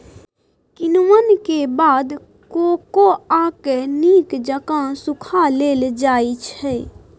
किण्वन के बाद कोकोआ के नीक जकां सुखा लेल जाइ छइ